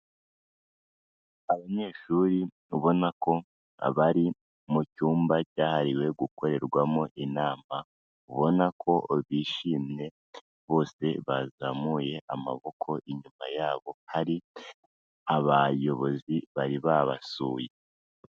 Abanyeshuri ubona ko abari mu cyumba cyahariwe gukorerwamo inama ubona ko bishimye bose bazamuye amaboko inyuma yabo hari abayobozi bari babasuye.